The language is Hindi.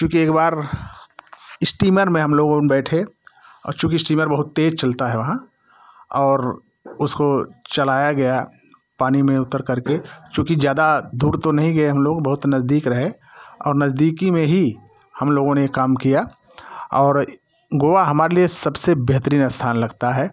चूँकि एक बार स्टीमर में हम लोगों में बैठे और क्योंकि स्टीमर बहुत तेज चलता हैं वहाँ और उसको चलाया गया पानी में उतरकर के चूँकि ज़्यादा दूर तो नहीं गए हम लोग बहुत नजदीक रहे और नजदीकी में ही हम लोगों ने ये काम किया और गोवा हमारे लिए सबसे बेहतरीन स्थान लगता है